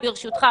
סליחה,